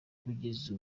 kugeza